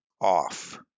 off